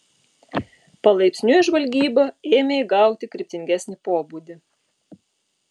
palaipsniui žvalgyba ėmė įgauti kryptingesnį pobūdį